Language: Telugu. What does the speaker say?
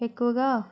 ఎక్కువగా